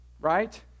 right